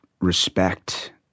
respect